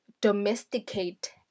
domesticate